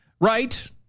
Right